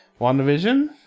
WandaVision